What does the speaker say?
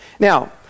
Now